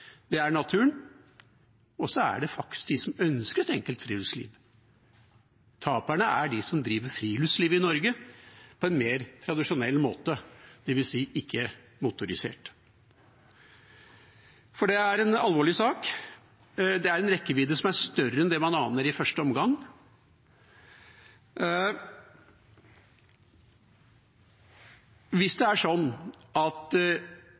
Det er naturen. Og så er det faktisk de som ønsker et enkelt friluftsliv. Taperne er de som driver friluftsliv i Norge på en mer tradisjonell måte, dvs. ikke motorisert. For dette er en alvorlig sak. Det er en rekkevidde som er større enn man aner i første omgang. Hvis det er sånn at